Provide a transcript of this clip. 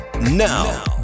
Now